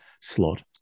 slot